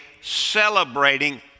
celebrating